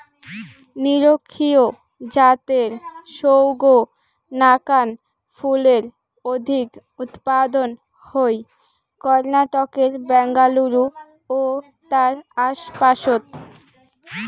নিরক্ষীয় জাতের সৌগ নাকান ফুলের অধিক উৎপাদন হই কর্ণাটকের ব্যাঙ্গালুরু ও তার আশপাশত